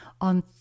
on